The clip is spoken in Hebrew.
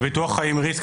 בביטוח חיים ריסק,